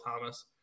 Thomas